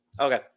Okay